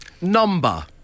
Number